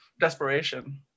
desperation